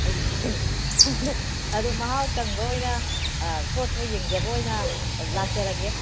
ꯑꯩꯁꯦ ꯑꯗꯣ ꯑꯗꯣ ꯃꯍꯥꯎ ꯇꯪꯕ ꯑꯣꯏꯅ ꯄꯣꯠꯇꯣ ꯌꯦꯡꯖꯕ ꯑꯣꯏꯅ ꯂꯥꯛꯆꯔꯒꯦ